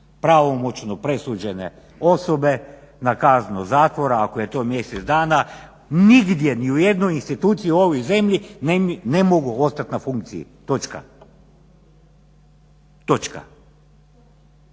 Pravomoćno presuđene osobe na kaznu zatvora, ako je to mjesec dana, nigdje ni u jednoj instituciji u ovoj zemlji ne mogu ostati na funkciji, točka. Tek